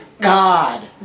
God